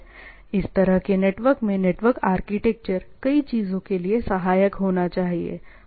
इस तरह के नेटवर्क में नेटवर्क आर्किटेक्चर कई चीजों के लिए सहायक होना चाहिए